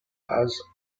has